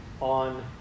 on